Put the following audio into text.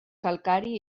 calcari